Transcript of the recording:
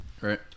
Right